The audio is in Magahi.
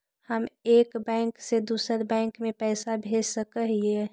हम एक बैंक से दुसर बैंक में पैसा भेज सक हिय?